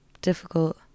difficult